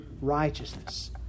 righteousness